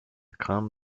craindre